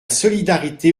solidarité